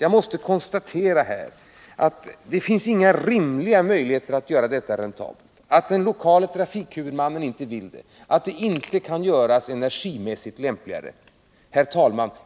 Och jag måste konstatera att det inte finns några rimliga möjligheter att göra Nr 54 en sådan här investering räntabel, att den lokala trafikhuvudmannen inte vill rusta upp järnvägen och att trafiken inte kan utföras energimässigt lämpligare. Herr talman!